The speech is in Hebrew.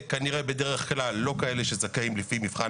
בדרך כלל מדובר בכאלה שלא זכאים לפי מבחן